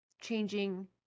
changing